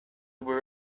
were